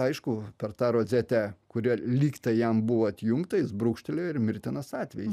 aišku per tą rozetę kuri lygtai jam buvo atjungta jis brūkštelėjo ir mirtinas atvejis